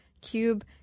cube